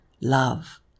love